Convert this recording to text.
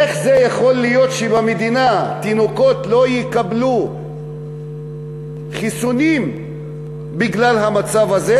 איך זה יכול להיות שבמדינה תינוקות לא יקבלו חיסונים בגלל המצב הזה?